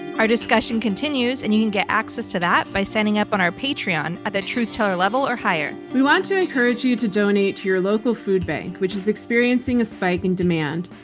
our discussion continues and you can get access to that by signing up on our patreon at the truth teller level or higher. we want to encourage you to donate to your local food bank, which is experiencing a spike in demand.